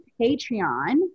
patreon